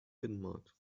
binnenmarkt